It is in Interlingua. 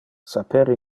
saper